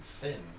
thin